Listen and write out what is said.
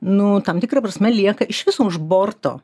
nu tam tikra prasme lieka iš viso už borto